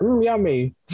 Yummy